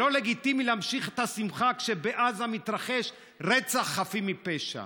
שלא לגיטימי להמשיך את השמחה כשבעזה מתרחש רצח חפים מפשע.